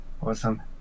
Awesome